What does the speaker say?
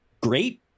great